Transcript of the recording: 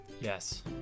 Yes